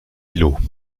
îlot